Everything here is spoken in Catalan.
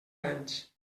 anys